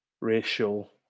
racial